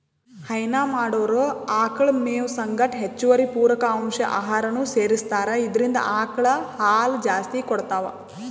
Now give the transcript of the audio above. ಹೈನಾ ಮಾಡೊರ್ ಆಕಳ್ ಮೇವ್ ಸಂಗಟ್ ಹೆಚ್ಚುವರಿ ಪೂರಕ ಅಂಶ್ ಆಹಾರನೂ ಸೆರಸ್ತಾರ್ ಇದ್ರಿಂದ್ ಆಕಳ್ ಹಾಲ್ ಜಾಸ್ತಿ ಕೊಡ್ತಾವ್